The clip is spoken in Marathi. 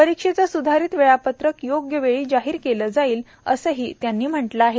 परीक्षेचं स्धारीत वेळापत्रक योग्य वेळी जाहीर केलं जाईल असही त्यांनी म्हटलं आहे